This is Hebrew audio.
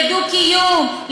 בדו-קיום,